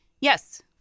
Yes